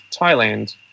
Thailand